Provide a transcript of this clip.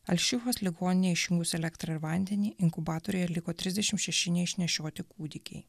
alšifos ligoninėje išjungus elektrą ir vandenį inkubatoriuje liko trisdešim šeši neišnešioti kūdikiai